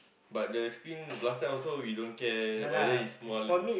but the screen last time also we don't care whether is small